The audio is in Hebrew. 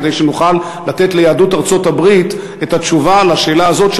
כדי שנוכל לתת ליהדות ארצות-הברית את התשובה לשאלה הזאת,